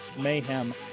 mayhem